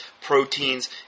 proteins